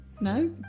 No